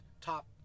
Top